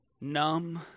numb